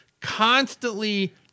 constantly